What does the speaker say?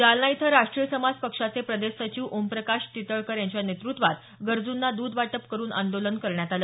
जालना इथं राष्ट्रीय समाज पक्षाचे प्रदेश सचिव ओमप्रकाश चितळकर यांच्या नेतृत्वात गरजूंना दध वाटप करून आंदोलन करण्यात आलं